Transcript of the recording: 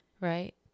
right